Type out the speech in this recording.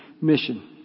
mission